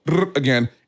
again